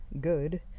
good